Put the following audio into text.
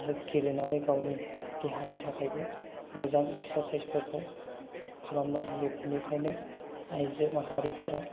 आरो गेलेनानै गावनि देहानि थाखायबो मोजां एक्सारसाइजफोरखौ खालामनो हायो बेनिखायनो आइजो माहारिफोरा